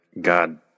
God